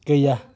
गैया